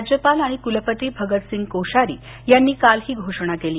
राज्यपाल आणि क्लपती भगतसिंह कोश्यारी यांनी काल ही घोषणा केली